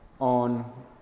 on